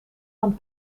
dan